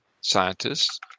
scientists